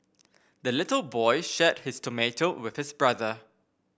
the little boy shared his tomato with his brother